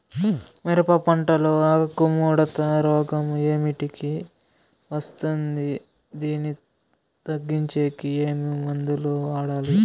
మిరప పంట లో ఆకు ముడత రోగం ఏమిటికి వస్తుంది, దీన్ని తగ్గించేకి ఏమి మందులు వాడాలి?